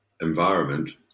environment